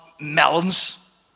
melons